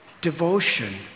devotion